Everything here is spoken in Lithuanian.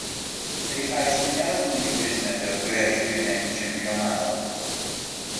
tai aišku nėra smagi prizmė per kurią žiūrime į čempionatą